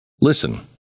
Listen